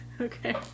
Okay